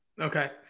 Okay